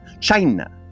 China